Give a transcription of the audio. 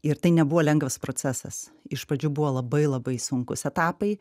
ir tai nebuvo lengvas procesas iš pradžių buvo labai labai sunkūs etapai